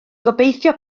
gobeithio